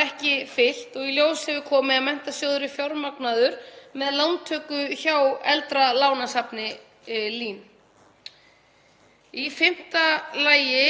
ekki fylgt og í ljós hefur komið að sjóðurinn er fjármagnaður með lántöku hjá eldra lánasafni LÍN. Í fimmta lagi